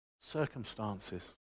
circumstances